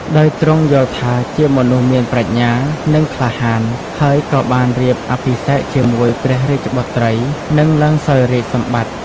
ដោយទ្រង់យល់ថាជាមនុស្សមានប្រាជ្ញា និងក្លាហាន ហើយក៏បានរៀបអភិសេកជាមួយ ព្រះរាជបុត្រី និងឡើងសោយរាជ្យសម្បត្តិ។